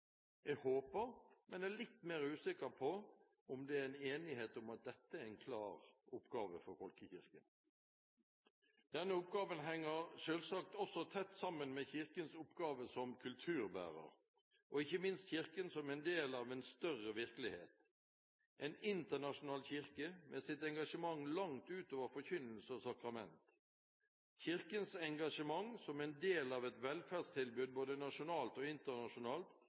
Jeg håper det er, men er litt mer usikker på om det er, en enighet om at dette er en klar oppgave for folkekirken. Denne oppgaven henger selvsagt også tett sammen med Kirkens oppgave som kulturbærer, og ikke minst Kirken som en del av en større virkelighet, en internasjonal kirke med sitt engasjement langt utover forkynnelse og sakrament. Kirkens engasjement som en del av et velferdstilbud både nasjonalt og internasjonalt